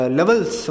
levels